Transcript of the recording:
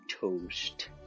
toast